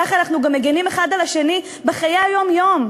כך אנחנו גם מגינים האחד על השני בחיי היום-יום,